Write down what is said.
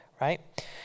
right